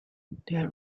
that